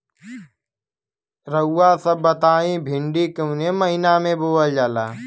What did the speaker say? रउआ सभ बताई भिंडी कवने महीना में बोवल जाला?